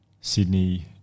Sydney